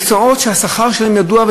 מקצועות שהשכר בהם ידוע,